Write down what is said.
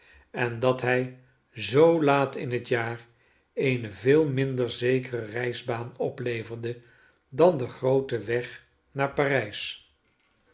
en dat hij zoo laat in het jaar eene veel minder zekere reisbaan opleverde dan de groote weg naar par